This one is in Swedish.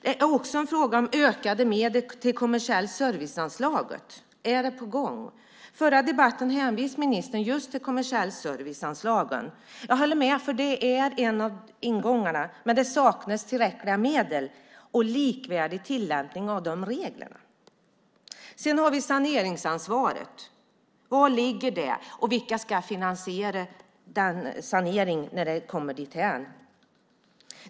En annan fråga gäller ökade medel till det kommersiella serviceanslaget. Är det på gång? I den förra debatten hänvisade ministern till just de kommersiella serviceanslagen. Jag håller med om att det är en av ingångarna, men det saknas tillräckliga medel och en likvärdig tillämpning av reglerna. Vi har också saneringsansvaret. Var ligger det, och vilka ska finansiera saneringen när det kommer dithän?